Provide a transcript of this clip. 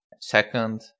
second